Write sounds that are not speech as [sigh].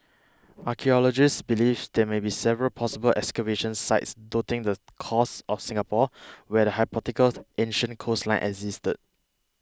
archaeologists believe there may be several possible excavation sites dotting the coast of Singapore where the [unintelligible] ancient coastline existed